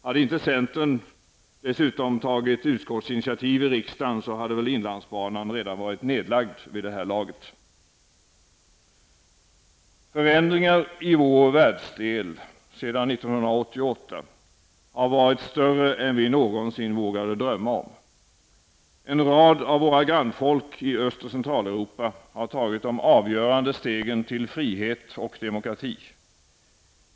Hade inte centern tagit utskottsinitiativ till riksdagen, hade väl inlandsbanan redan varit nedlagd vid det här laget. Förändringarna i vår världsdel sedan 1988 har varit större än vi någonsin vågade drömma om. En rad av våra grannfolk i Öst och Centraleuropa har tagit de avgörande stegen till frihet och demokrati.